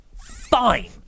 fine